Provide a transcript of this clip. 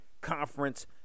Conference